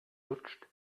lutscht